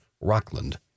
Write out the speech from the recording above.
Rockland